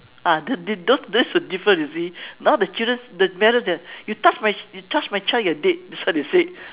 ah this this those were different you see now the children the parent the you touch my you touch my child you are dead that's what they said